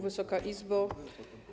Wysoka Izbo!